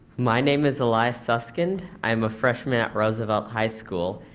my name is elias suskind, i am a freshman at roosevelt high school.